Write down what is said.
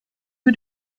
who